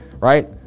right